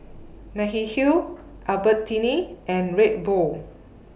Mediheal Albertini and Red Bull